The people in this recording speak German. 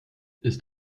ist